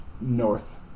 north